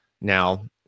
Now